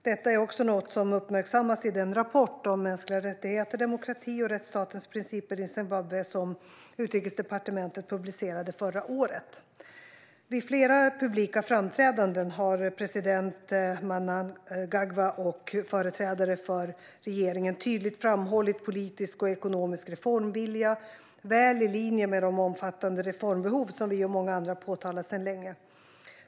Detta är också något som uppmärksammas i den rapport om mänskliga rättigheter, demokrati och rättsstatens principer i Zimbabwe som Utrikesdepartementet publicerade förra året. Vid flera publika framträdanden har president Mnangagwa och företrädare för regeringen tydligt framhållit politisk och ekonomisk reformvilja, väl i linje med de omfattande reformbehov som vi och många andra påtalat sedan länge.